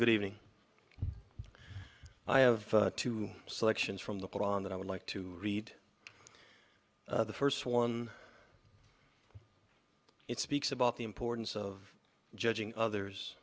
good evening i have two selections from the koran that i would like to read the first one it speaks about the importance of judging others